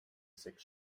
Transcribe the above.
sechs